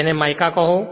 જેને માઇકા કહો